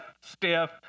stiff